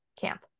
camp